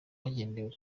hagendewe